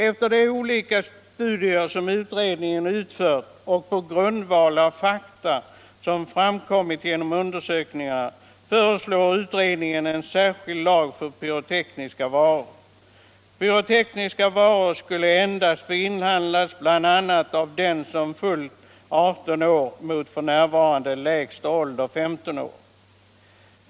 Efter de olika studier som utredningen utfört och på grundval av fakta som framkommit genom undersökningarna föreslår utredningen en särskild lag om pyrotekniska varor. Sådana varor skulle endast få inhandlas av dem som fyllt 18 år mot f. n. 15 år.